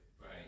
right